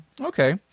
Okay